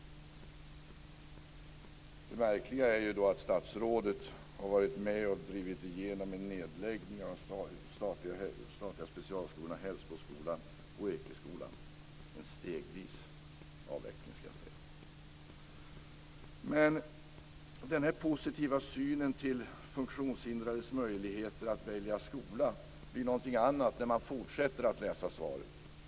Det märkliga är att statsrådet har varit med och drivit igenom en stegvis avveckling av de statliga specialskolorna Hällsboskolan och Ekeskolan. Men den positiva synen på funktionshindrades möjligheter att välja skola blir någonting annat när man fortsätter att läsa svaret.